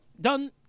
done